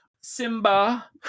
Simba